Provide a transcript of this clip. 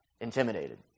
intimidated